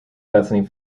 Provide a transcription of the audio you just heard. bethany